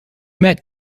met